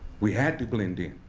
we had to blend in.